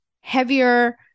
heavier